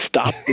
Stop